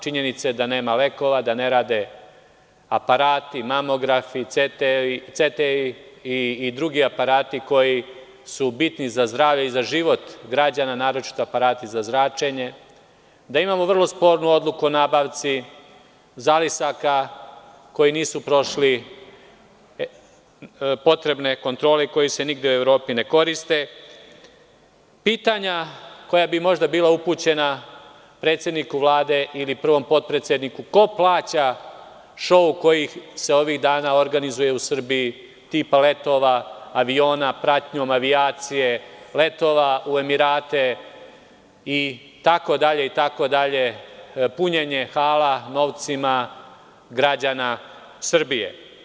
Činjenica je da nema lekova, da ne rade aparati, mamografi, CT i drugi aparati koji su bitni za zdravlje i za život građana, naročito aparati za zračenje, da imamo vrlo spornu odluku o nabavci zalisaka koji nisu prošli potrebne kontrole i koji se nigde u Evropi ne koriste, pitanja koja bi možda bila upućena predsedniku Vlade ili prvom potpredsedniku – ko plaća šou koji se ovih dana organizuje u Srbiji, tipa letova aviona pratnjom avijacije, letova u Emirate itd, punjenje hala novcima građana Srbije?